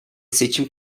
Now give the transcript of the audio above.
seçim